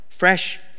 fresh